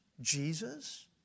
Jesus